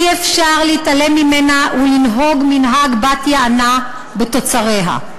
אי-אפשר להתעלם ממנה ולנהוג מנהג בת-יענה בתוצריה.